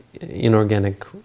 inorganic